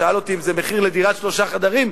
הוא שאל אותי אם זה מחיר לדירת שלושה חדרים.